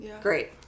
Great